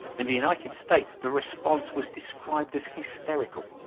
in the united states the response was described as hysterical.